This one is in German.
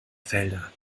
felder